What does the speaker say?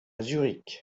zurich